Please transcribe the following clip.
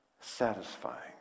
satisfying